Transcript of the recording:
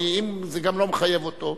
אם זה גם לא מחייב אותו,